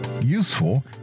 useful